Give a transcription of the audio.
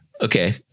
Okay